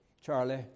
Charlie